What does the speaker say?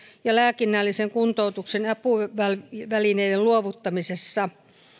ja lääkinnällisen kuntoutuksen apuvälineiden luovuttamisessa